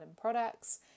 products